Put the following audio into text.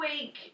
week